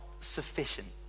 sufficient